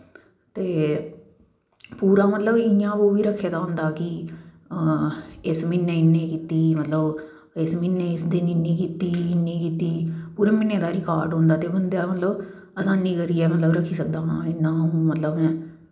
ते पूरा मतलव इयां ओह्बी रक्खे दा होंदा कि इस महीनै इन्नी कीती मतलव इस महीने दी इस दिन इन्नी कीती इन्नी कीती पूरे महीने दा रिकॉड़ होंदा ते होंदा मतलव आसानी करियै मतलव रक्खी सकदा इन्ना मतलव